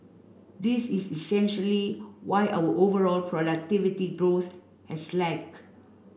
this is essentially why our overall productivity growth has lag